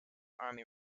army